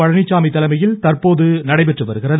பழனிச்சாமி தலைமையில் தற்போது நடைபெற்று வருகிறது